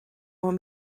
want